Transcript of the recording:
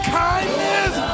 kindness